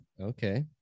Okay